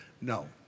no